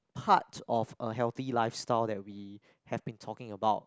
part of a healthy lifestyle that we have been talking about